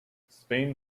spain